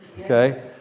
Okay